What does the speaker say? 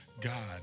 God